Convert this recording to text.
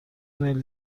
میل